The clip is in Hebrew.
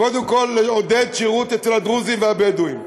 קודם כול, לעודד שירות אצל הדרוזים והבדואים,